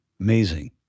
Amazing